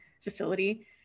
facility